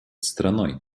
страной